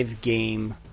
game